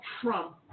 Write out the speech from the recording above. Trump